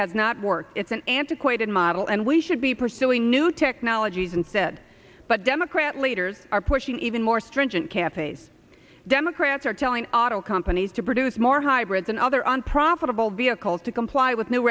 had not worked it's an antiquated model and we should be pursuing new technologies instead but democrat leaders are pushing even more stringent cafes democrats are telling auto companies to produce more hybrids and other unprofitable vehicles to comply with new